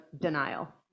denial